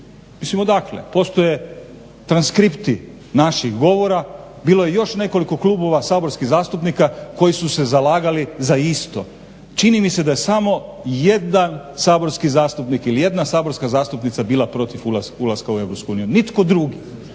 Mislim odakle? Postoje transkripti naših govora. Bilo je još nekoliko klubova, saborskih zastupnika koji su se zalagali za isto. Čini mi se da je samo jedan saborski zastupnik ili jedna saborska zastupnica bila protiv ulaska u EU, nitko drugi.